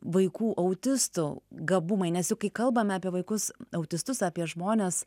vaikų autistų gabumai nes juk kai kalbame apie vaikus autistus apie žmones